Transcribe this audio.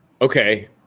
Okay